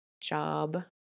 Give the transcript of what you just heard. job